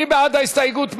מי בעד ההסתייגות?